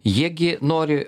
jie gi nori